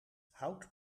hout